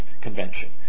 convention